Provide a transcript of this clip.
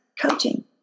coaching